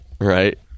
right